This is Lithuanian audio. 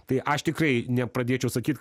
tai aš tikrai nepradėčiau sakyt